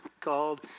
called